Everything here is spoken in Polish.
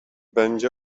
będzie